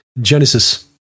Genesis